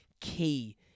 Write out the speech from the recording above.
key